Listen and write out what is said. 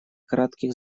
кратких